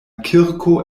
kirko